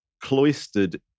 cloistered